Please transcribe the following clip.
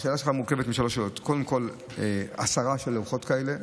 השאלה שלך מורכבת משלוש שאלות: קודם כול הסרה של לוחות כאלה,